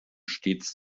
stets